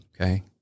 Okay